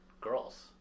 girls